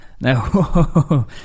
Now